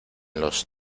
los